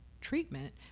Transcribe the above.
treatment